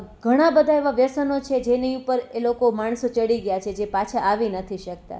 ઘણા બધા એવા વ્યસનો છે જેની ઉપર એ લોકો માણસો ચડી ગયા છે જે પાછા આવી નથી શકતા